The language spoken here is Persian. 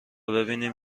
ببینیم